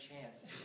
chance